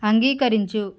అంగీకరించు